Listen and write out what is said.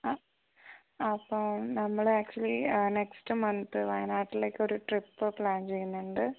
ആ അപ്പം നമ്മൾ ആക്ച്വലി നെക്സ്റ്റ് മന്ത് വയനാട്ടിലേക്കൊരു ട്രിപ്പ് പ്ലാൻ ചെയ്യുന്നുണ്ട്